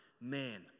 man